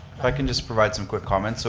i can just provide some quick comments, so